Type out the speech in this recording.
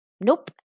Nope